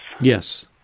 Yes